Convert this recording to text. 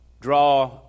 draw